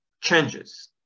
changes